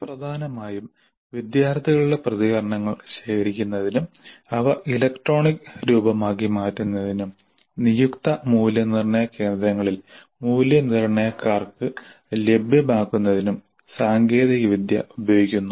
പ്രധാനമായും വിദ്യാർത്ഥികളുടെ പ്രതികരണങ്ങൾ ശേഖരിക്കുന്നതിനും അവ ഇലക്ട്രോണിക് രൂപമാക്കി മാറ്റുന്നതിനും നിയുക്ത മൂല്യനിർണ്ണയ കേന്ദ്രങ്ങളിൽ മൂല്യനിർണ്ണയക്കാർക്ക് ലഭ്യമാക്കുന്നതിനും സാങ്കേതികവിദ്യ ഉപയോഗിക്കുന്നു